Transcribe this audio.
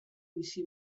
bizi